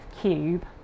cube